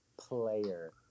player